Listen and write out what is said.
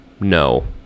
No